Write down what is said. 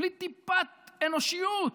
בלי טיפת אנושיות.